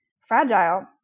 fragile